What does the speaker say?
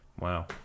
Wow